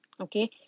Okay